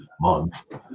month